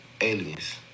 aliens